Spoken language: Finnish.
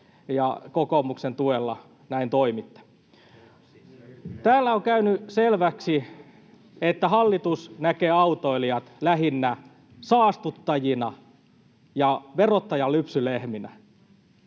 kokoomuksen tuella näin toimitte. [Timo Heinonen: Höpsis!] Täällä on käynyt selväksi, että hallitus näkee autoilijat lähinnä saastuttajina ja verottajan lypsylehminä.